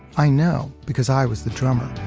i know because i was the drummer.